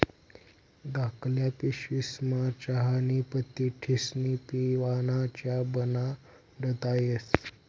धाकल्ल्या पिशवीस्मा चहानी पत्ती ठिस्नी पेवाना च्या बनाडता येस